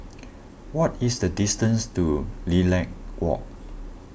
what is the distance to Lilac Walk